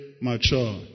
mature